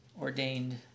ordained